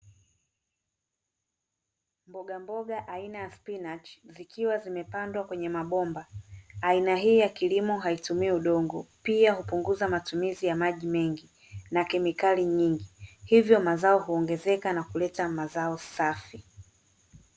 Mbogamboga aina ya spinachi zikiwa zimepandwa kwenye mabomba. Aina hii ya kilimo haitumii udongo pia hupunguza matumizi ya maji mengi na kemikali nyingi hivyo mazao huongezeka na kuleta mazao safi.